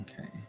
Okay